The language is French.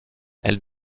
elle